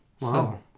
Wow